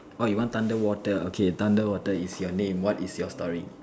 orh you want thunder water okay thunder water is your name what is your story